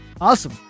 Awesome